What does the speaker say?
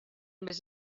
més